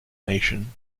nation